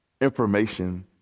information